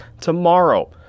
tomorrow